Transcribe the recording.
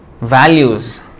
values